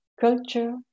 culture